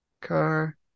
car